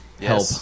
Help